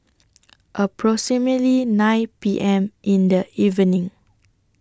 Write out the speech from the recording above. approximately nine P M in The evening